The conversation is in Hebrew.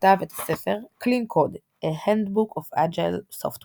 שכתב את הספר "Clean Code A Handbook of Agile Software